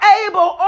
able